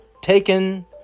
taken